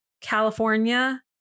California